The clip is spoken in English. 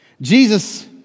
Jesus